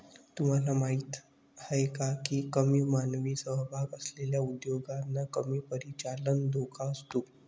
तुम्हाला माहीत आहे का की कमी मानवी सहभाग असलेल्या उद्योगांना कमी परिचालन धोका असतो?